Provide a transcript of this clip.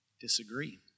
disagree